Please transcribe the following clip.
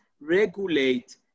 regulate